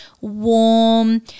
warm